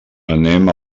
anem